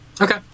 Okay